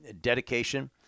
dedication